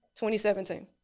2017